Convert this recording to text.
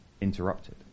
Interrupted